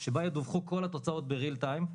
שבה ידווחו כל התוצאות בזמן אמת,